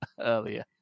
earlier